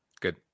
Good